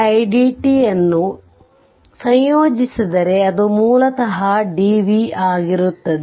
1c idt ನ್ನು ಸಂಯೋಜಿಸಿದರೆ ಅದು ಮೂಲತಃ ಅದು dv ಆಗಿರುತ್ತದೆ